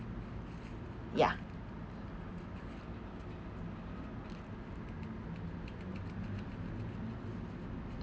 ya